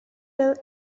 will